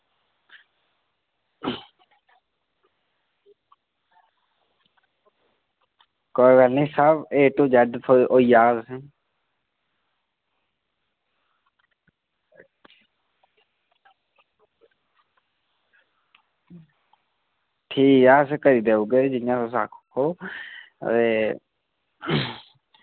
कोई गल्ल निं सब ए टू जेड थ्हो होई जाह्ग तुसेंई ठीक ऐ फ्ही करी देई ओड़गे जियां तुस आक्खो